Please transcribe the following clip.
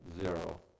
Zero